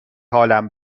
حالم